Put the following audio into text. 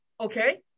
okay